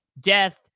death